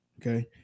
okay